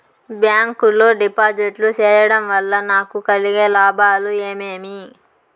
Bank లో డిపాజిట్లు సేయడం వల్ల నాకు కలిగే లాభాలు ఏమేమి?